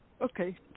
okay